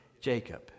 Jacob